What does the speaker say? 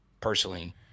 personally